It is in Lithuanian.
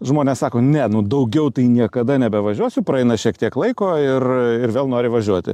žmonės sako ne nu daugiau tai niekada nebevažiuosiu praeina šiek tiek laiko ir ir vėl nori važiuoti